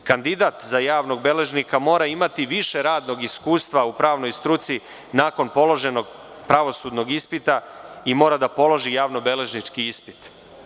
Kandidat za javnog beležnika mora imati više radnog iskustva u pravnoj struci nakon položenog pravosudnog ispita i mora da položi javnobeležnički ispit.